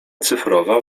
cyfrowa